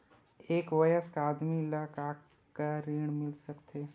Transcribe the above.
एक वयस्क आदमी ल का ऋण मिल सकथे?